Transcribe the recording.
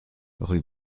rue